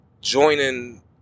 joining